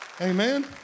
Amen